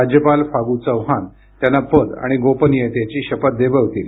राज्यपाल फागु चौहान त्यांना पद आणि गोपनियतेची शपथ देववतील